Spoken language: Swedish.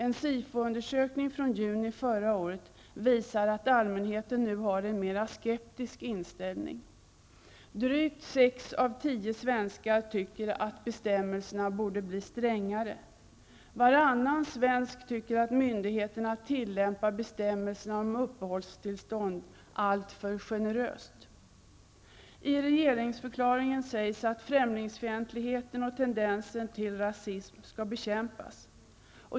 En SIFO-undersökning från juni förra året visar att allmänheten nu har en mera skeptisk inställning. Drygt sex av tio svenskar tycker att bestämmelserna borde bli strängare. Varannan svensk tycker att myndigheterna tillämpar bestämmelserna om uppehållstillstånd alltför generöst. I regeringsförklaringen sägs att ''främlingsfientligheten och tendenser till rasism skall bekämpas''.